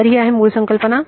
तर ही आहे मुळ कल्पना